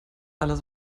alles